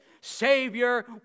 savior